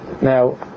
Now